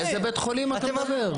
באיזה בית חולים אתה מדבר?